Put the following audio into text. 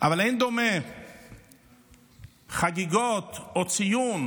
אבל אין דומים החגיגות וציון